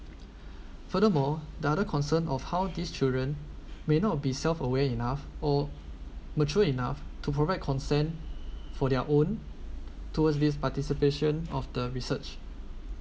furthermore the other concerns of how these children may not be self-aware enough or mature enough to provide consent for their own towards this participation of the research